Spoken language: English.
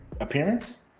appearance